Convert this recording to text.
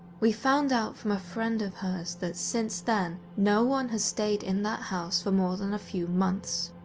we found out from a friend of hers that since then no one has stayed in that house for more than a few months.